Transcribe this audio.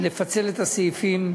לפצל את הפסקאות